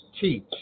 teach